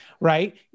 right